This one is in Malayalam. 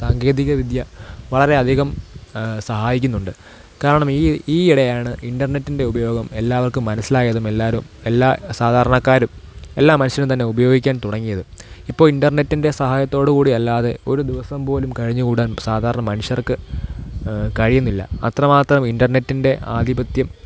സാങ്കേതികവിദ്യ വളരെയധികം സഹായിക്കുന്നുണ്ട് കാരണം ഈ ഈയിടെയാണ് ഇൻറർനെറ്റിൻ്റെ ഉപയോഗം എല്ലാവർക്കും മനസ്സിലായതും എല്ലാവരും എല്ലാ സാധാരണക്കാരും എല്ലാ മനുഷ്യരും തന്നെ ഉപയോഗിക്കാൻ തുടങ്ങിയതും ഇപ്പോള് ഇൻറർനെറ്റിൻ്റെ സഹായത്തോടുകൂടി അല്ലാതെ ഒരു ദിവസം പോലും കഴിഞ്ഞുകൂടാൻ സാധാരണ മനുഷ്യർക്ക് കഴിയുന്നില്ല അത്രമാത്രം ഇൻറർനെറ്റിൻ്റെ ആധിപത്യം